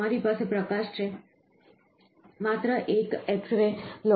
તમારી પાસે પ્રકાશ છે માત્ર એક એક્સ રે લો